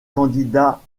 candidats